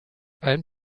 ein